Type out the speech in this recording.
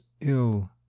ill